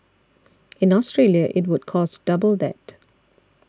in Australia it would cost double that